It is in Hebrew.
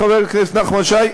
חבר הכנסת נחמן שי,